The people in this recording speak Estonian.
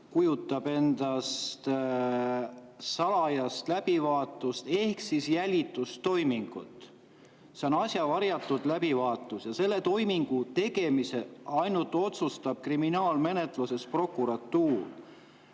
kujutab endast salajast läbivaatust ehk jälitustoimingut. See on asja varjatud läbivaatus ja selle toimingu tegemise otsustab kriminaalmenetluses ainult prokuratuur.